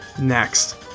next